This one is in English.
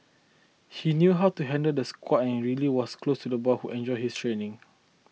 he knew how to handle the squad and really was close to the boy who enjoyed his training